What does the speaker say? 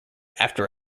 after